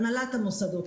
הנהלת המוסדות,